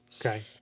Okay